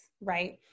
right